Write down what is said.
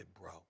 bro